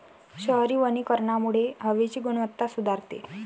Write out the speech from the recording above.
शहरी वनीकरणामुळे हवेची गुणवत्ता सुधारते